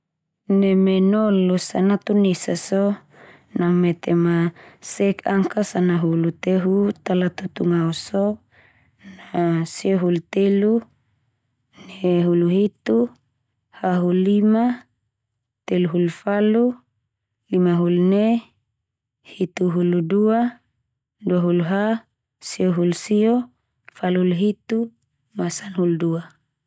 Neme nol losa natunesa so, na metema sek angka sanahulu te hu ta latutungaonso na. Sio hulu telu, ne hulu hitu, ha hulu lima, telu hulu falu, lima hulu ne, hitu hulu dua, dua hulu ha, sio hulu sio, falu hulu hitu, ma sanahulu hitu.